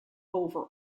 over